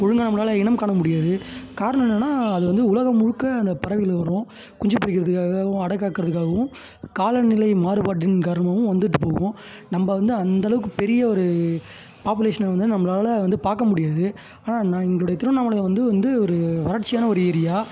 ஒழுங்காக நம்மளால் இனம் காண முடியாது காரணம் என்னென்னால் அது வந்து உலகம் முழுக்க அந்த பறவைகள் வரும் குஞ்சுப்பொரிக்கிறதுக்காகவும் அடைக்காக்கறதுக்காகவும் காலநிலை மாறுபாட்டின் காரணமாகவும் வந்துவிட்டு போகும் நம்ப வந்து அந்தளவுக்கு பெரிய ஒரு பாப்புலேஷனை வந்து நம்மளால் வந்து பார்க்க முடியாது ஆனால் நான் எங்களுடைய திருவண்ணாமலையை வந்து வந்து ஒரு வறச்சியான ஒரு ஏரியா